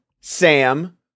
Sam